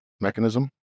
mechanism